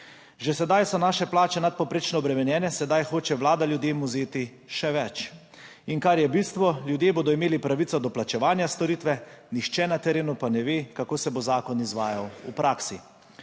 Že sedaj so naše plače nadpovprečno obremenjene, sedaj hoče vlada ljudem vzeti še več. In kar je bistvo, ljudje bodo imeli pravico do plačevanja storitve, nihče na terenu pa ne ve, kako se bo zakon izvajal v praksi.